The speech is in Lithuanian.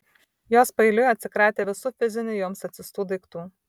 jos paeiliui atsikratė visų fizinių joms atsiųstų daiktų